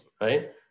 right